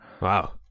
Wow